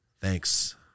thanks